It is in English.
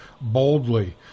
boldly